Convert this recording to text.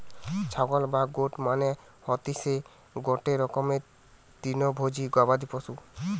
ছাগল বা গোট মানে হতিসে গটে রকমের তৃণভোজী গবাদি পশু